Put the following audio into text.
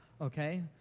okay